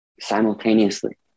simultaneously